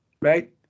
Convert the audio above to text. right